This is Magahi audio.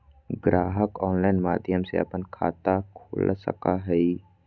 ग्राहक ऑनलाइन माध्यम से अपन खाता खोल सको हइ